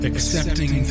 Accepting